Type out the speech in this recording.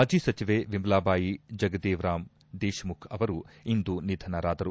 ಮಾಜಿ ಸಚಿವೆ ವಿಮಲಾಬಾಯಿ ಜಗದೇವರಾವ್ ದೇಶಮುಖ್ ಅವರು ಇಂದು ನಿಧನರಾದರು